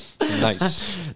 Nice